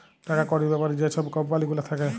টাকা কড়ির ব্যাপারে যে ছব কম্পালি গুলা থ্যাকে